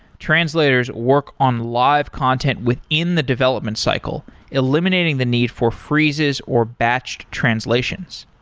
translators work on live content within the development cycle, eliminating the need for freezes or batched translations.